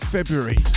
February